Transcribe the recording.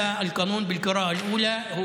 (אומר בערבית: זה החוק בקריאה ראשונה.